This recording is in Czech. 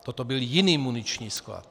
Toto byl jiný muniční sklad.